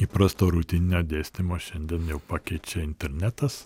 įprasto rutininio dėstymo šiandien jau pakeičia internetas